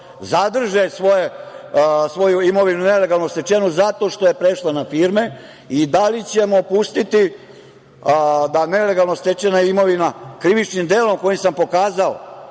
zadrži svoju imovinu nelegalno stečenu zato što je prešla na firme i da li ćemo pustiti da nelegalno stečena imovina krivičnim delom kojim sam pokazao